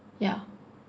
ya